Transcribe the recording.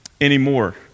anymore